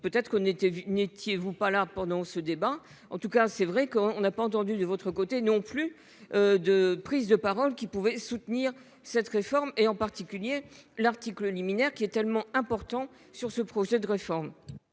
était, vous n'étiez-vous pas là pendant ce débat en tout cas c'est vrai qu'on n'a pas entendu de votre côté non plus. De prise de parole qui pouvait soutenir cette réforme et en particulier l'article liminaire qui est tellement important sur ce projet de réforme.